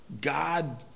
God